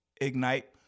Ignite